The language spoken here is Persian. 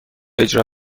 اجرا